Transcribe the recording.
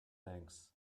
thanks